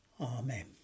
Amen